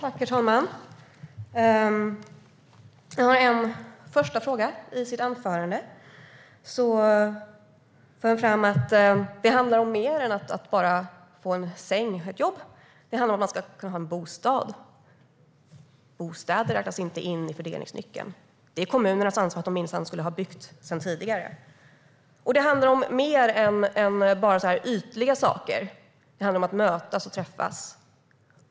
Herr talman! Jag har en första fråga. I sitt anförande förde Annelie Karlsson fram att det handlar om mer än att bara få en säng och ett jobb. Det handlar om att man ska kunna ha en bostad. Bostäder räknas inte in i fördelningsnyckeln. Det är kommunernas ansvar; de borde minsann ha byggt redan tidigare. Det handlar om mer än bara ytliga saker. Det handlar om att mötas och träffas.